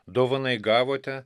dovanai gavote